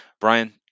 Brian